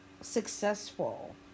successful